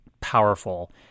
powerful